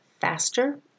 faster